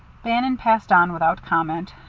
bannon passed on without comment.